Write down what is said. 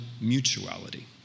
mutuality